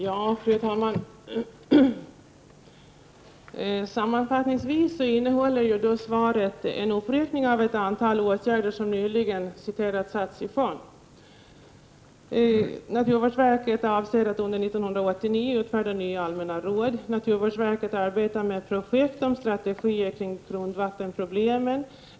Fru talman! Ja, sammanfattningsvis innehåller svaret en uppräkning av ett antal åtgärder som ”nyligen” satts i sjön. Naturvårdsverket ”avser att under år 1989 utfärda nya allmänna råd”. Naturvårdsverket arbetar med projekt rörande strategier kring grundvattenproblemen.